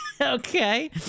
okay